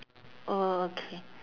oh okay